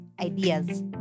ideas